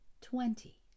Twenty